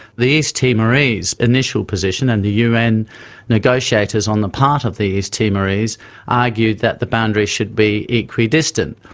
the east timorese initial position and the un negotiators on the part of the east timorese argued that the boundary should be equidistant.